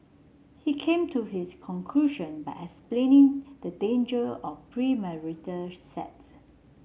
he came to his conclusion by explaining the danger of premarital sex